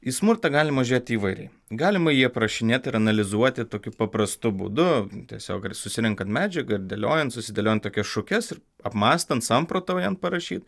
į smurtą galima žiūrėti įvairiai galima jį aprašinėti ir analizuoti tokiu paprastu būdu tiesiog ir susirenkat medžiagą ir dėliojant susidėliojant tokias šukes apmąstant samprotaujant parašyt